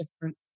different